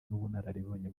n’ubunararibonye